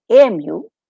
AMU